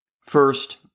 First